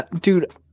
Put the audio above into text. Dude